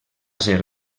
ser